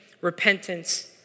repentance